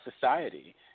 society